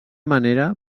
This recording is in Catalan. manera